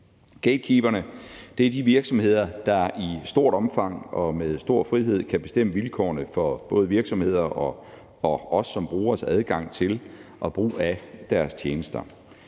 Gatekeeperne er de virksomheder, der i stort omfang og med stor frihed kan bestemme vilkårene for både virksomheder og os brugeres adgang til og brug af deres tjenester.